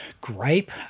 gripe